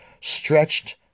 stretched